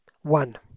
One